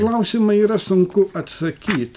klausimą yra sunku atsakyt